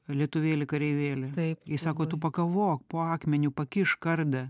lietuvėli kareivėli jis sako tu pakovok po akmeniu pakišk kardą